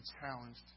challenged